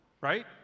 right